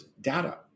data